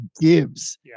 gives